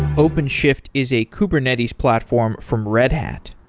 openshift is a kubernetes platform from red hat.